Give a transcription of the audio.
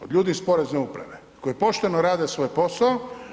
Od ljudi iz Porezne uprave koji pošteno rade svoj posao.